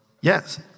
yes